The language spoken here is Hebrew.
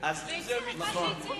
דווקא תגיד לו שהוא אמיץ,